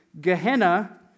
Gehenna